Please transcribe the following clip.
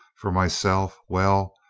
for myself, well,